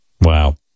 Wow